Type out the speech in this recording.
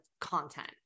content